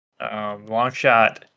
Longshot